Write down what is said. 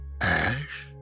ash